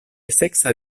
seksa